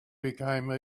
became